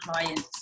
clients